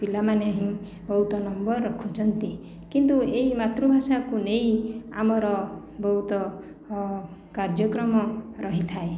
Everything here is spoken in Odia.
ପିଲାମାନେ ହିଁ ବହୁତ ନମ୍ବର ରଖୁଛନ୍ତି କିନ୍ତୁ ଏଇ ମାତୃଭାଷା କୁ ନେଇ ଆମର ବହୁତ କାର୍ଯ୍ୟକ୍ରମ ରହିଥାଏ